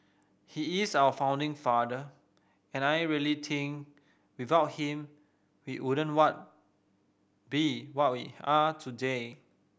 he is our founding father and I really think without him we wouldn't what be what we are today